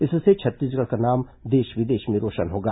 इससे छत्तीसगढ़ का नाम देश विदेश में रौशन होगा